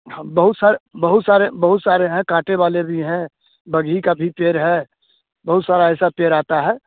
हाँ बहुत सारे बहुत सारे बहुत सारे हैं काँटे वाले भी हैं बरगी का भी पेड़ है बहुत सारा ऐसा पेड़ आता है